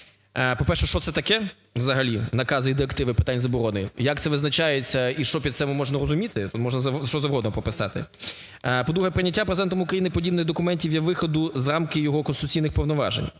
По-перше, що це таке взагалі – накази і директиви з питань оборони? Як це визначається, і що під цим можна розуміти? То можна що завгодно прописати. По-друге, прийняття Президентом України подібних документів є виходом за рамки його конституційних повноважень,